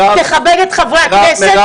תכבד את חברי הכנסת,